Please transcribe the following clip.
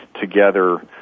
together